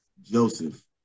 Joseph